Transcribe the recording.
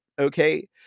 Okay